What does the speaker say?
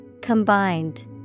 Combined